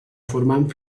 formant